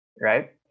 right